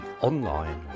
online